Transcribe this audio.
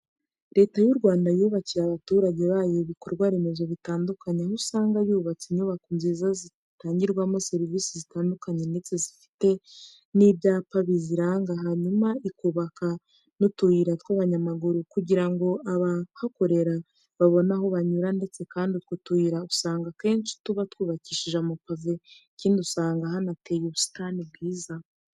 Leta y'u Rwanda yubakiye abaturage bayo ibikorwaremezo bitandukanye aho usanga yarubatse inyubako nziza zitangirwamo serivisi zitandukanye ndetse zifite n'ibyapa biziranga hanyuma ikubaka n'utuyira tw'abanyamaguru kugira ngo abahakorera babone aho banyura ndetse kandi utwo tuyira usanga akenshi tuba twubakishije amapave ikindi usanga hanateye n'ubusitani bwiza.